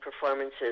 performances